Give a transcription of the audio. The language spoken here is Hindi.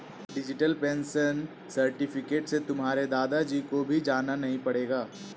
डिजिटल पेंशन सर्टिफिकेट से तुम्हारे दादा जी को भी जाना नहीं पड़ेगा